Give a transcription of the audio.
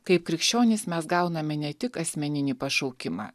kaip krikščionys mes gauname ne tik asmeninį pašaukimą